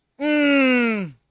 Mmm